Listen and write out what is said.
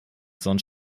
sonst